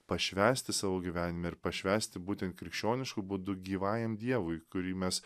pašvęsti savo gyvenime ir pašvęsti būtent krikščionišku būdu gyvajam dievui kurį mes